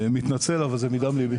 מתנצל, אבל זה מדם ליבי.